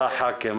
לחברי הכנסת.